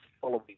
following